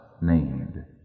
named